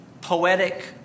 poetic